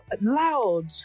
loud